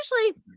usually